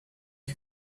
you